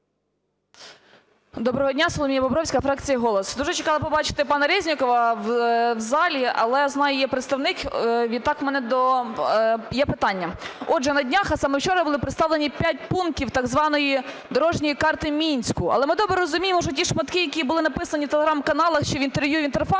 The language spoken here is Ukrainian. Доброго дня! Соломія Боровська, фракція "Голос". Дуже чекала побачити пана Резнікова в залі, але, знаю, є представник. Відтак у мене є питання. Отже, на днях, а саме вчора, були представлені 5 пунктів так званої дорожньої карти Мінську. Але ми добре розуміємо, що ті шматки, які були написані в Telegram-каналах чи і в інтерв'ю в "Інтерфаксі",